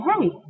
hey